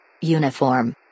uniform